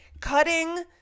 cutting